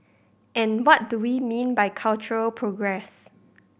and what do we mean by cultural progress